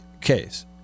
case